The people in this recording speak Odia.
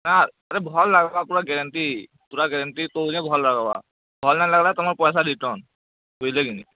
ହଁ ଆରେ ଭଲ୍ ଲାଗବା ପୂରା ଗ୍ୟାରେଣ୍ଟି ପୂରା ଗ୍ୟାରେଣ୍ଟି କହୁଛେ ଭଲ୍ ଲାଗବା ଭଲ୍ ନାଇଁ ଲାଗଲେ ତୁମ ପଇସା ରିଟର୍ଣ୍ଣ ବୁଝିଲେ କି ନେଇଁ